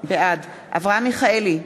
בעד אברהם מיכאלי,